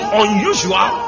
unusual